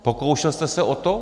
Pokoušel jste se o to?